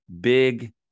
big